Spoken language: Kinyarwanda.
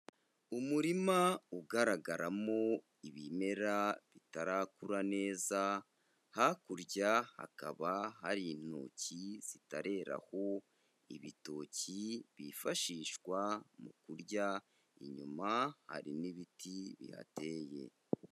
Umurima ugaragaramo ibimera bitarakura neza, hakurya hakaba hari intoki zitareraho ibitoki byifashishwa mu kurya, inyuma hari n'ibiti bihateye.